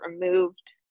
removed